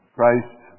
Christ